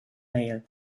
mail